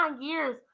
years